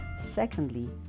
secondly